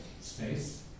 space